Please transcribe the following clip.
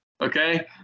okay